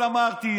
אמרתי,